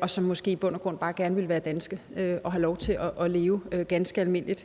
og som måske i bund og grund bare gerne ville være danske og have lov til at leve ganske almindeligt.